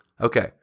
Okay